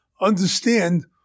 understand